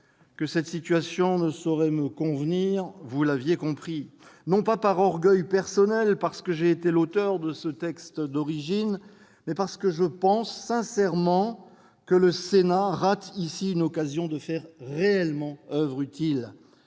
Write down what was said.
que cette situation ne saurait me convenir, vous l'aurez compris, non pas par orgueil personnel, étant l'auteur du texte d'origine, mais parce que je pense sincèrement que le Sénat rate ici une occasion de faire réellement oeuvre utile.